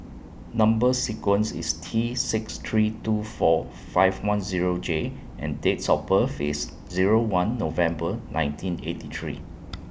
Number sequence IS T six three two four five one Zero J and Dates of birth IS Zero one November nineteen eighty three